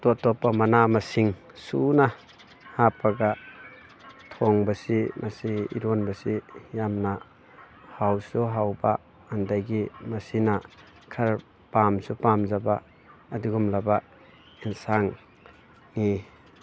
ꯇꯣꯞ ꯇꯣꯞꯄ ꯃꯅꯥ ꯃꯁꯤꯡ ꯁꯨꯅ ꯍꯥꯞꯄꯒ ꯊꯣꯡꯕꯁꯤ ꯃꯁꯤ ꯏꯔꯣꯟꯕꯁꯤ ꯌꯥꯝꯅ ꯍꯥꯎꯁꯨ ꯍꯥꯎꯕ ꯑꯗꯒꯤ ꯃꯁꯤꯅ ꯈꯔ ꯄꯥꯝꯁꯨ ꯄꯥꯝꯖꯕ ꯑꯗꯨꯒꯨꯝꯂꯕ ꯌꯦꯟꯁꯥꯡꯅꯤ